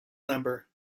number